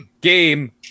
game